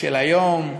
של היום,